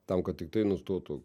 tam kad tiktai nustotų